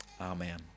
Amen